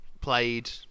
played